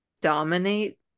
dominate